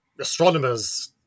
astronomers